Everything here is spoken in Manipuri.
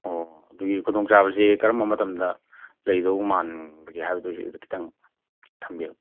ꯑꯣ ꯑꯗꯨꯒꯤ ꯈꯨꯗꯣꯡꯆꯥꯕꯁꯦ ꯀꯔꯝꯕ ꯃꯇꯝꯗ ꯂꯩꯗꯧ ꯃꯥꯟꯕꯒꯦ ꯍꯥꯏꯕꯗꯨꯁꯨꯨ ꯈꯤꯇꯪ ꯊꯝꯕꯤꯌꯣ